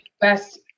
best